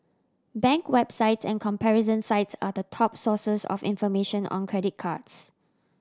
bank websites and comparison sites are the top sources of information on credit cards